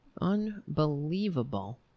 unbelievable